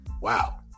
wow